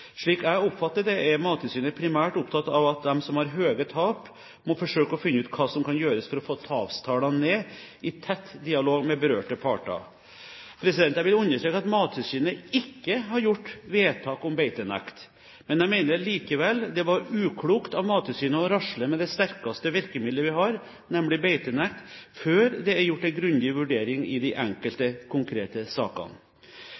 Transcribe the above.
Slik jeg oppfatter det, er Mattilsynet primært opptatt av at de som har høye tap, må forsøke å finne ut hva som kan gjøres for å få tapstallene ned, i tett dialog med berørte parter. Jeg vil understreke at Mattilsynet ikke har gjort vedtak om beitenekt. Jeg mener likevel det var uklokt av Mattilsynet å rasle med det sterkeste virkemiddelet vi har, nemlig beitenekt, før det er gjort en grundig vurdering i de